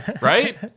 right